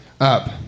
Up